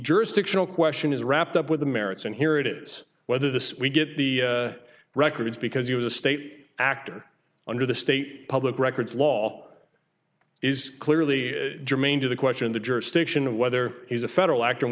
jurisdictional question is wrapped up with the merits and here it is whether the we get the records because he was a state actor under the state public record law is clearly germane to the question the jurisdiction of whether he's a federal act and